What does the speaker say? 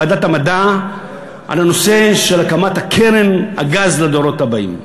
בוועדת המדע על הנושא של הקמת קרן הגז לדורות הבאים.